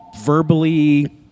verbally